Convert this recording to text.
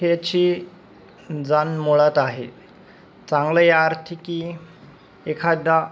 ह्याची जाण मुळात आहे चांगलं या अर्थी की एखादा